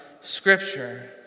Scripture